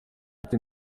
ati